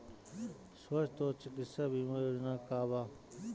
स्वस्थ और चिकित्सा बीमा योजना का बा?